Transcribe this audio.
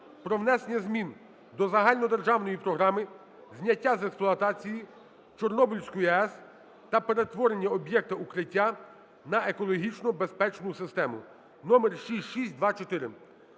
про внесення змін до Загальнодержавної програми зняття з експлуатації Чорнобильської АЕС та перетворення об'єкта "Укриття" на екологічно безпечну систему (№ 6624).